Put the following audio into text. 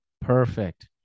Perfect